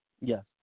Yes